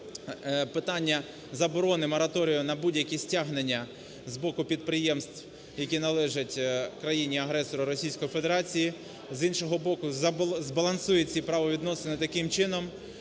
питання заборони мораторію на будь-які стягнення з боку підприємств, які належать країні-агресору Російської Федерації, з іншого боку, збалансує ці правовідносини таким чином,